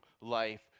life